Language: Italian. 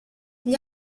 gli